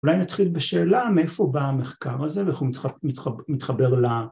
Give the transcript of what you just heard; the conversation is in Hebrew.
‫אולי נתחיל בשאלה מאיפה ‫בא המחקר הזה ואיך הוא מתחבר ל...